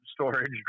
storage